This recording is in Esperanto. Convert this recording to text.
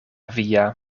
via